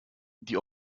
die